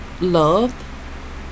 love